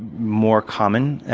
more common.